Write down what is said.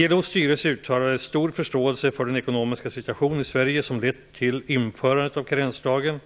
ILO:s styrelse uttalade stor förståelse för den ekonomiska situation i Sverige som lett till införandet av karensdagen